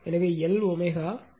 எனவே Lω உண்மையில் 31